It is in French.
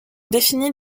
définit